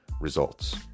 results